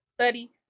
study